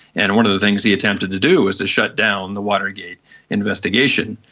and one of the things he attempted to do was to shut down the watergate investigation.